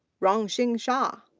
rongxin xia.